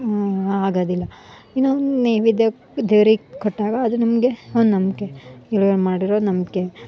ಆಗೋದಿಲ್ಲ ಇನ್ನೂ ನೈವೇದ್ಯ ದೇವ್ರಿಗೆ ಕೊಟ್ಟಾಗ ಅದು ನಮಗೆ ಒಂದು ನಂಬಿಕೆ ಹಿರಿಯರು ಮಾಡಿರೋದು ನಂಬಿಕೆ